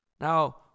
Now